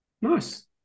Nice